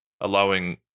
allowing